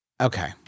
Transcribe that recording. Okay